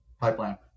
Pipeline